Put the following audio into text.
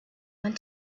want